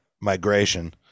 Migration